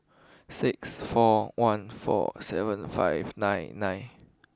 six four one four seven five nine nine